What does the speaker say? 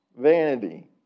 vanity